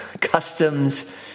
customs